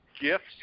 gifts